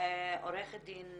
עורכת דין